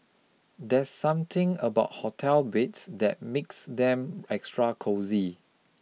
there's something about hotel beds that makes them extra cosy